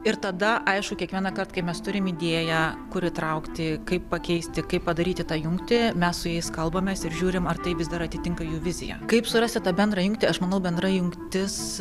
ir tada aišku kiekvienąkart kai mes turim idėją kur įtraukti kaip pakeisti kaip padaryti tą jungtį mes su jais kalbamės ir žiūrim ar tai vis dar atitinka jų viziją kaip surasti tą bendrą jungtį aš manau bendra jungtis